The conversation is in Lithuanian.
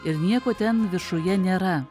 ir nieko ten viršuje nėra